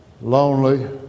lonely